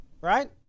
right